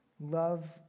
Love